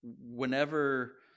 whenever